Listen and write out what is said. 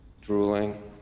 drooling